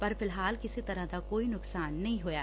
ਪਰ ਫਿਲਹਾਲ ਕਿਸੇ ਤਰ੍ਵਾਂ ਦਾ ਕੋਈ ਨੁਕਸਾਨ ਨਹੀਂ ਹੋਇਆ